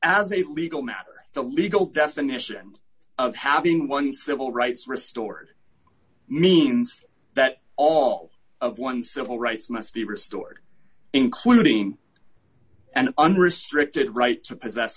as a legal matter the legal definition of having one civil rights restored means that all of one's civil rights must be restored including and unrestricted right to possess